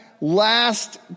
last